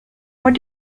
what